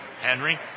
Henry